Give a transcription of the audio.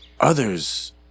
Others